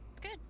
good